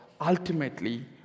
ultimately